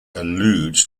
alludes